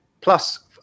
plus